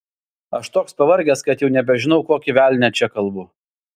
aš toks pavargęs kad jau nebežinau kokį velnią čia kalbu